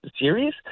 series